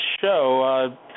show